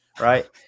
right